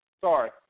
Sorry